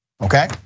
okay